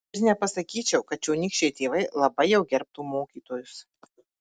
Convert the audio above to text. ir nepasakyčiau kad čionykščiai tėvai labai jau gerbtų mokytojus